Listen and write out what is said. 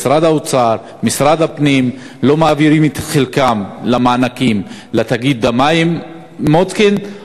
משרד האוצר ומשרד הפנים לא מעבירים את חלקם במענקים לתאגיד המים מוצקין,